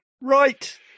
Right